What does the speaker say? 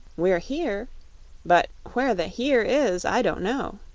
we're here but where the here is i don't know.